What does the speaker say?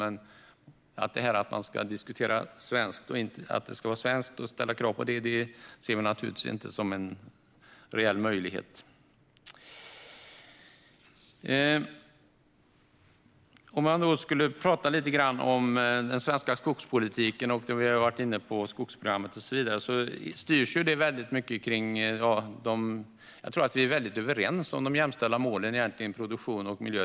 Men att ställa krav på att det ska vara svenskt ser vi naturligtvis inte som en reell möjlighet. Om vi ska prata lite grann om den svenska skogspolitiken - vi har ju varit inne på skogsprogrammet och så vidare - så tror jag att vi egentligen är väldigt överens om de jämställda målen produktion och miljö.